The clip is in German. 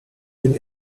den